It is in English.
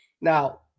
now